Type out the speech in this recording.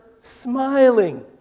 smiling